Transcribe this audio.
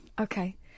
Okay